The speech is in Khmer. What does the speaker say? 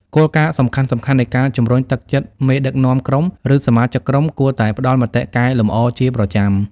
គោលការណ៍សំខាន់ៗនៃការជំរុញទឹកចិត្តមេដឹកនាំក្រុម ឬសមាជិកក្រុមគួរតែផ្ដល់មតិកែលម្អជាប្រចាំ។